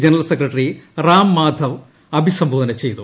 general secretary Ram Madhav അഭിസം ബോധന ചെയ്തു